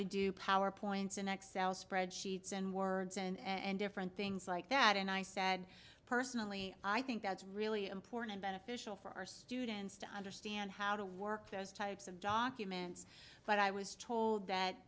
to do power points in excel spreadsheets and words and different things like that and i said personally i think that's really important and beneficial for our students to understand how to work those types of documents but i was told that